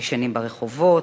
ישנים ברחובות,